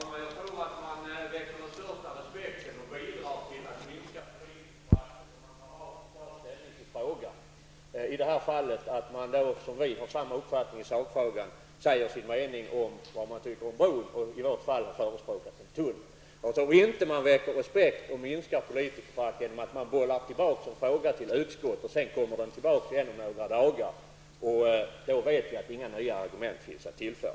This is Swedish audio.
Fru talman! Jag tror att man väcker den största respekten och bidrar mest till att minska politikerföraktet om man tar ställning i frågan, dvs. att man i det här fallet, när man som vi har samma uppfattning i sakfrågan, säger sin mening om vad man tycker om bron och i vårt fall förespråkar en tunnel. Jag tror att man inte väcker respekt och minskar politikerföraktet genom att till utskottet bolla tillbaka en fråga som senare kommer tillbaka om några dagar. Vi vet att det då inte finns några nya argument att tillföra.